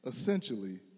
essentially